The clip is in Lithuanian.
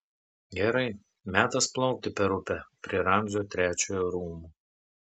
gerai metas plaukti per upę prie ramzio trečiojo rūmų